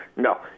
No